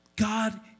God